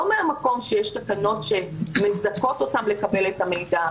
לא מהמקום שיש תקנות שמזכות אותם לקבל את המידע,